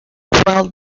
quell